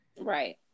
Right